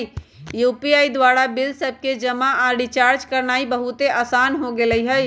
UPI द्वारा bill सभके जमा आऽ रिचार्ज करनाइ बहुते असान हो गेल हइ